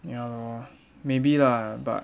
ya maybe lah but